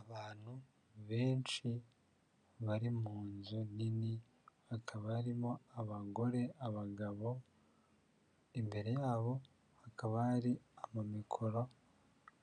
Abantu benshi bari mu nzu nini, hakaba harimo abagore, abagabo, imbere yabo hakaba hari amamikoro